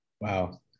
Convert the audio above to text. Wow